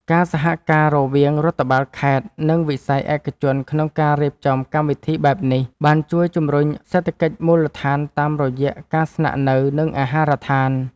ការសហការរវាងរដ្ឋបាលខេត្ត និងវិស័យឯកជនក្នុងការរៀបចំកម្មវិធីបែបនេះ បានជួយជំរុញសេដ្ឋកិច្ចមូលដ្ឋានតាមរយៈការស្នាក់នៅ និងអាហារដ្ឋាន។